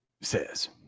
says